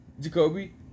Jacoby